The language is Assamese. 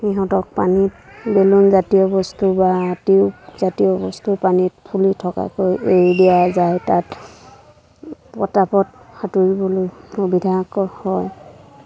সিহঁতক পানীত বেলুনজাতীয় বস্তু বা টিউবজাতীয় বস্তু পানীত ফুলি থকাকৈ এৰি দিয়া যায় তাত পতাপত সাঁতুৰিবলৈ সুবিধা হয়